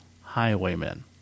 highwaymen